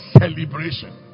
celebration